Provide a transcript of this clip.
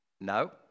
No